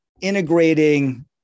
integrating